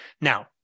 now